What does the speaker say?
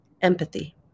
empathy